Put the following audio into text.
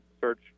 search